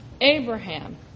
Abraham